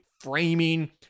Framing